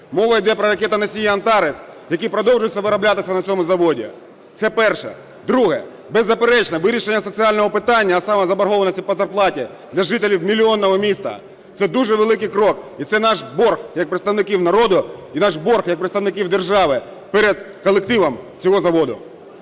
Мова іде про ракетоносій "Антарес", який продовжує вироблятися на цьому заводі. Це перше. Друге. Беззаперечно, вирішення соціального питання, а саме заборгованості по зарплаті для жителів мільйонного міста – це дуже великий крок і це наш борг як представників народу, і наш борг як представників держави перед колективом цього заводу.